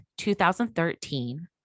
2013